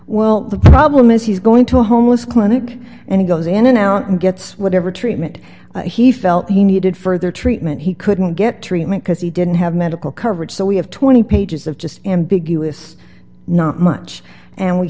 well the problem is he's going to a homeless clinic and he goes in and out and gets whatever treatment he felt he needed further treatment he couldn't get treatment because he didn't have medical coverage so we have twenty pages of just ambiguous not much and we